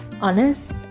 honest